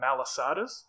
malasadas